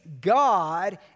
God